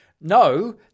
No